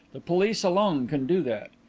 the police alone can do that.